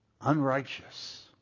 unrighteous